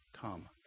Come